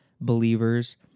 believers